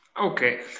okay